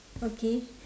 okay